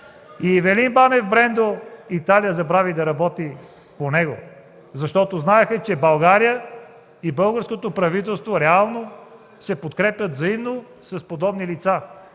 Ивелин Банев – Брендо – Италия забрави да работи по него, защото знаеха, че България и българското правителство се подкрепят взаимно с подобни лица.